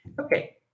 Okay